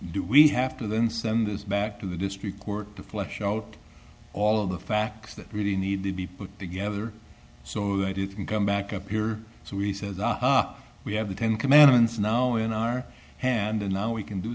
do we have to the nz then this back to the district court to flush out all of the facts that really need to be put together so that you can come back up your so we said we have the ten commandments now in our hand and now we can do